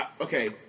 okay